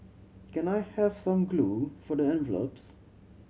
can I have some glue for the envelopes